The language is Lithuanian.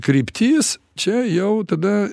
kryptis čia jau tada